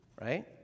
Right